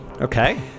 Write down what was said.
Okay